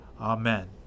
Amen